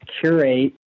curate